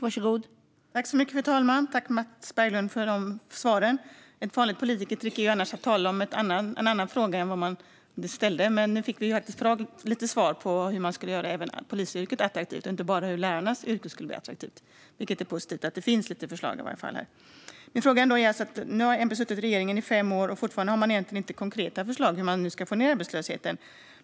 Fru talman! Tack, Mats Berglund, för svaren! Ett vanligt politikertrick är annars att tala om en annan fråga än den som ställdes. Men nu fick jag faktiskt lite svar på hur även polisyrket och inte bara lärarnas yrke skulle kunna göras attraktivt. Det är i alla fall positivt att det finns lite förslag här. Nu har MP suttit i regeringen i fem år och har fortfarande egentligen inga konkreta förslag på hur man ska få ned arbetslösheten.